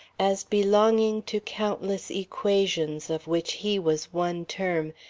as belonging to countless equations of which he was one term,